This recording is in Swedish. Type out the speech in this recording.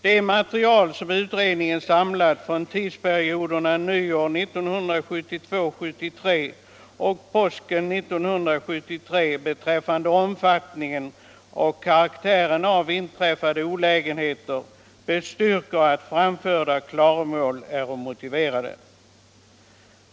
Det material utredningen samlat från tidsperioderna nyåret och påsken 1973 beträffande omfattningen och karaktären av inträffade olägenheter bestyrker att framförda klagomål är motiverade.